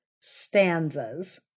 stanzas